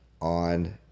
on